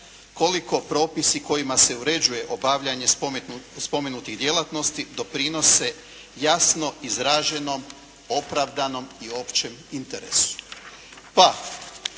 koliko propisi kojima se uređuje obavljanje spomenutih djelatnosti doprinose jasno izraženom opravdanom i općem interesu.